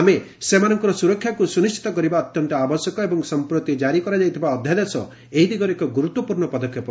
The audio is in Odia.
ଆମେ ସେମାନଙ୍କର ସୁରକ୍ଷାକୁ ସୁନିଣ୍ଟିତ କରିବା ଅତ୍ୟନ୍ତ ଆବଶ୍ୟକ ଏବଂ ସମ୍ପ୍ରତି କାରି କରାଯାଇଥିବା ଅଧ୍ୟାଦେଶ ଏହି ଦିଗରେ ଏକ ଗୁରୁତ୍ୱପୂର୍ଣ୍ଣ ପଦକ୍ଷେପ